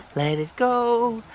let it go.